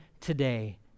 today